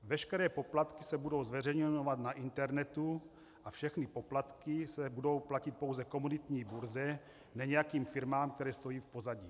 Veškeré poplatky se budou zveřejňovat na internetu a všechny poplatky se budou platit pouze komoditní burze, ne nějakým firmám, které stojí v pozadí.